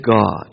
God